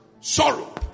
Sorrow